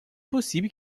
possible